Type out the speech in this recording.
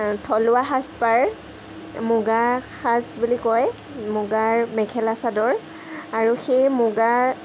থলুৱা সাজপাৰ মুগাৰ সাজ বুলি কয় মুগাৰ মেখেলা চাদৰ আৰু সেই মুগা